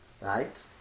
Right